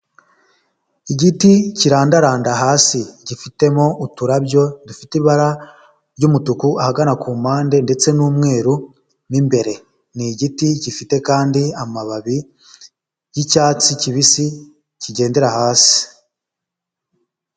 Igiti kirandaranda hasi gifitemo uturabyo dufite ibara ry'umutuku ahagana ku mpande ndetse n'umweru mu imbere, ni igiti gifite kandi amababi y'icyatsi kibisi kigendera hasi.